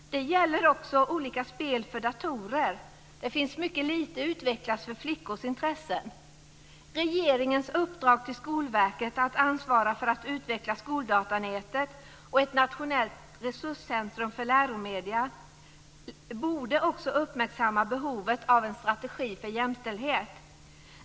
Detta gäller också olika spel för datorer. Det finns mycket lite utvecklat för flickors intressen. Regeringens uppdrag till Skolverket att ansvara för att utveckla skoldatanätet och ett nationellt resurscentrum för läromedier borde också uppmärksamma behovet av en strategi för jämställdhet.